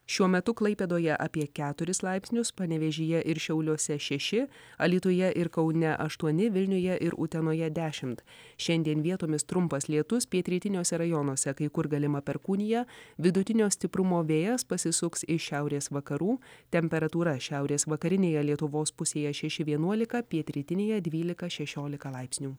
šiuo metu klaipėdoje apie keturis laipsnius panevėžyje ir šiauliuose šeši alytuje ir kaune aštuoni vilniuje ir utenoje dešimt šiandien vietomis trumpas lietus pietrytiniuose rajonuose kai kur galima perkūnija vidutinio stiprumo vėjas pasisuks iš šiaurės vakarų temperatūra šiaurės vakarinėje lietuvos pusėje šeši vienuolika pietrytinėje dvylika šešiolika laipsnių